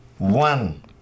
One